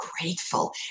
grateful